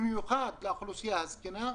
במיוחד לאוכלוסייה הזקנה,